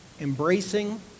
Embracing